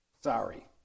Sorry